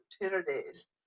opportunities